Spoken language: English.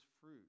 fruit